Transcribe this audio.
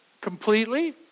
Completely